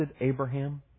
Abraham